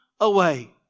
away